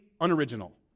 unoriginal